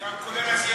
זה גם כולל ה-9D?